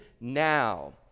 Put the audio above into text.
now